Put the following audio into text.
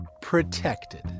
protected